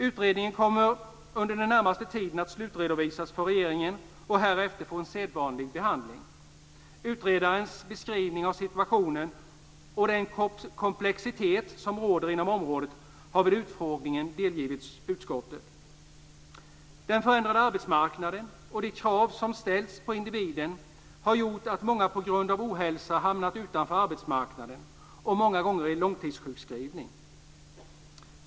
Utredningen kommer under den närmaste tiden att slutredovisas för regeringen och härefter att få en sedvanlig behandling. Utredarens beskrivning av situationen och den komplexitet som råder inom området har vid utfrågningen delgivits utskottet. Den förändrade arbetsmarknaden och de krav som ställts på individen har gjort att många på grund av ohälsa har hamnat utanför arbetsmarknaden och många gånger i långtidssjukskrivning.